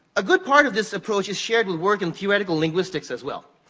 a good part of this approach is shared in work in theoretical linguistics as well.